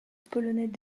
polonais